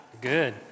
good